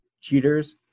cheaters